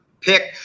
pick